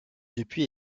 depuis